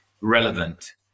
relevant